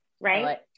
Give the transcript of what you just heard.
right